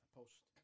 Post